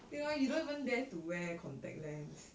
ya lor you don't even dare to wear contact lens